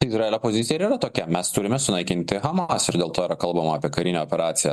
izraelio pozicija ir yra tokia mes turime sunaikinti hamas ir dėl to yra kalbama apie karinę operaciją